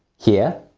here,